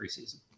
preseason